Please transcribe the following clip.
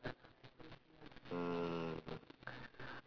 mm